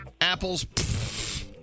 Apples